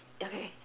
okay